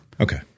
Okay